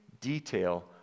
detail